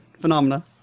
phenomena